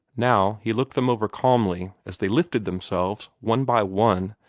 now he looked them over calmly as they lifted themselves, one by one,